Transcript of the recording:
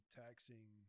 taxing